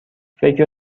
فکر